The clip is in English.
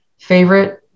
favorite